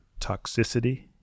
toxicity